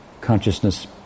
consciousness